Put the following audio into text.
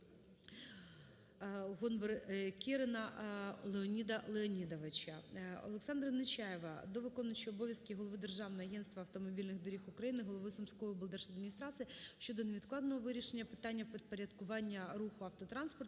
Олександра Нечаєва до виконуючого обов'язки Голови Державного агентства автомобільних доріг України, голови Сумської облдержадміністрації щодо невідкладного вирішення питання впорядкування руху автотранспорту